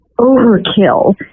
overkill